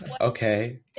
Okay